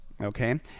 Okay